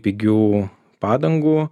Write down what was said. pigių padangų